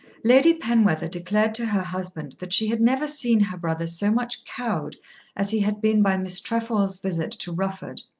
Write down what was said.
lady penwether declared to her husband that she had never seen her brother so much cowed as he had been by miss trefoil's visit to rufford.